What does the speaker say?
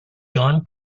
gun